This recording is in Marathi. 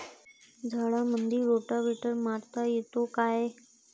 झाडामंदी रोटावेटर मारता येतो काय?